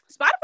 spotify